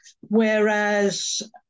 whereas